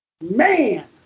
Man